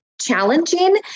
challenging